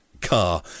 car